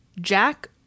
Jack